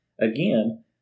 Again